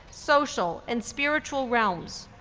social, and spiritual realms.